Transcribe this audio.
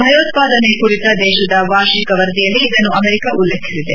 ಭಯೋತ್ವಾದನೆ ಕುರಿತ ದೇಶದ ವಾರ್ಷಿಕ ವರದಿಯಲ್ಲಿ ಇದನ್ನು ಅಮೆರಿಕ ಉಲ್ಲೇಖಿಸಿದೆ